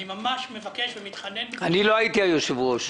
אני ממש מבקש ומתחנן בפניך --- אני לא הייתי היושב-ראש.